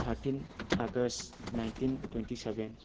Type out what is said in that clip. thirteen August nineteen twenty seven